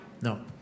No